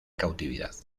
cautividad